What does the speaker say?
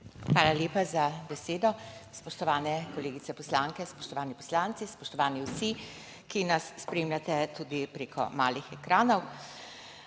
Hvala lepa za besedo. Spoštovane kolegice poslanke, spoštovani poslanci, spoštovani vsi, ki nas spremljate tudi preko malih ekranov.